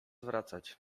wracać